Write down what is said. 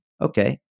Okay